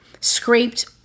scraped